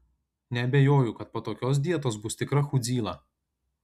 nebejoju kad po tokios dietos bus tikra chudzyla